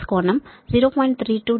986 కోణం 0